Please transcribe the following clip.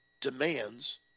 demands